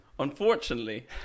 Unfortunately